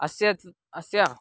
अस्य च अस्य